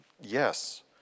Yes